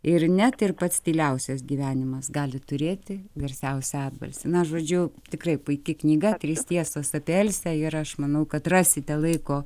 ir net ir pats tyliausias gyvenimas gali turėti garsiausią atbalsį na žodžiu tikrai puiki knyga trys tiesos apie elsę ir aš manau kad rasite laiko